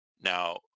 Now